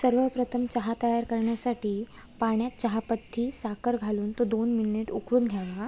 सर्वप्रथम चहा तयार करण्यासाठी पाण्यात चहापत्ती साखर घालून तो दोन मिनिट उकळून घ्यावा